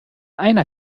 einer